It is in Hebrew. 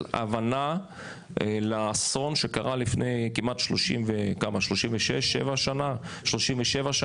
הבנה לאסון שקרה כמעט לפני 37 שנים,